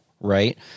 right